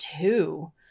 two